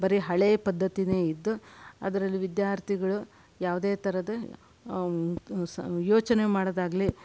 ಬರೀ ಹಳೆಯ ಪದ್ಧತಿನೇ ಇದ್ದು ಅದರಲ್ಲಿ ವಿದ್ಯಾರ್ಥಿಗಳು ಯಾವುದೇ ಥರದ ಯೋಚನೆ ಮಾಡೋದಾಗಲಿ